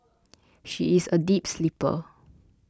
she is a deep sleeper